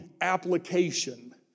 application